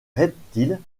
reptiles